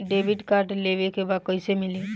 Debit card लेवे के बा कईसे मिली?